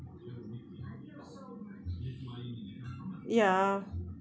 ya